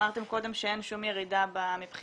אמרתם קודם שאין שום ירידה מבחינת